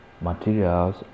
materials